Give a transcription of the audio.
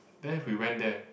then we went there